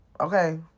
Okay